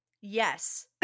Yes